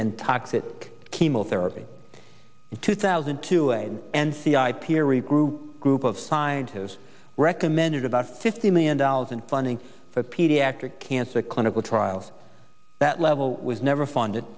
and toxic chemotherapy in two thousand and two and n c i piri group group of scientists recommended about fifty million dollars in funding for pediatric cancer clinical trials that level was never funded